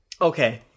Okay